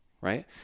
right